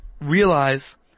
realize